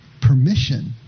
permission